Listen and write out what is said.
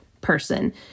person